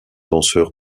danseur